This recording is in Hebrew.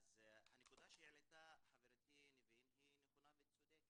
גם חברי הוועדה יכלו לעשות את